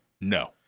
No